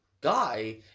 guy